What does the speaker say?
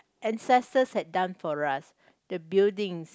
ancestors had done for us the buildings